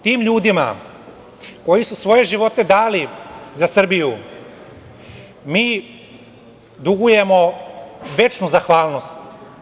Tim ljudima koji su svoje živote dali za Srbiju mi dugujemo večnu zahvalnost.